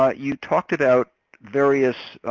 ah you talked about various